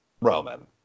roman